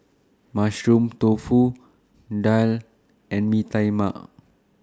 Mushroom Tofu Daal and Mee Tai Mak